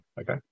okay